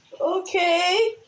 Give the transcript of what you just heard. Okay